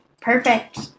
Perfect